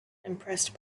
impressed